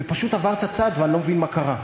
ופשוט עברת צד, ואני לא מבין מה קרה.